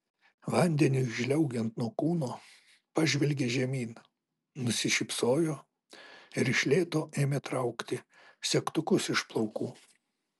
vandeniui žliaugiant nuo kūno pažvelgė žemyn nusišypsojo ir iš lėto ėmė traukti segtukus iš plaukų